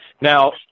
Now